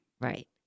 Right